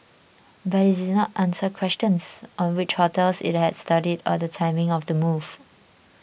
but it did not answer questions on which hotels it had studied or the timing of the move